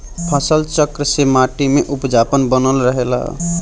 फसल चक्र से माटी में उपजाऊपन बनल रहेला